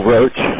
Roach